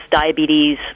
diabetes